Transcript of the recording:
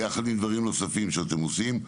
ביחד עם דברים נוספים שאתם עושים,